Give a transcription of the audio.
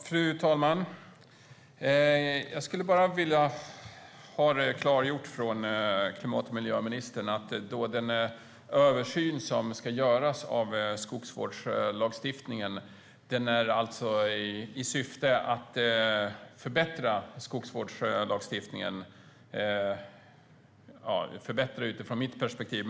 Fru talman! Jag skulle vilja ha klargjort från klimat och miljöministern om översynen av skogsvårdslagstiftningen ska göras i syfte att förbättra skogsvårdslagstiftningen, det vill säga förbättra utifrån mitt perspektiv.